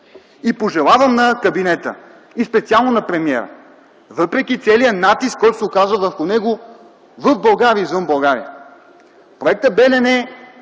Пожелавам на кабинета и специално на премиера, въпреки целия натиск, който се оказва върху него в България и извън България: проектът